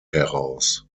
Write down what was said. heraus